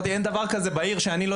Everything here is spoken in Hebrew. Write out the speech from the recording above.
אמרתי שאין דבר כזה בעיר שבה אני עובד,